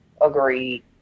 Agreed